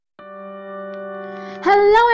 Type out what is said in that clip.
Hello